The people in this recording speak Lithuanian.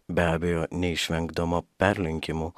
be abejo neišvengdama perlenkimų